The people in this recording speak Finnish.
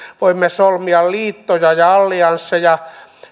voimme solmia liittoja ja alliansseja